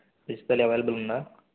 veg thali available ఉందా